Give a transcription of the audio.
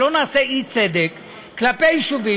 שלא נעשה אי-צדק כלפי יישובים,